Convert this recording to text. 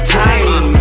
time